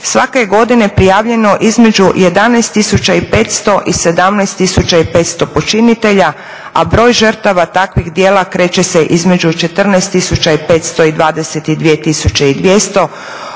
svake je godine prijavljeno između 11500 i 17500 počinitelja a broj žrtava takvih djela kreće se između 14500 i 22200